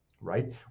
right